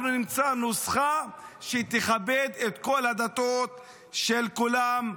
אנחנו נמצא נוסחה שתכבד את כל הדתות של כולם,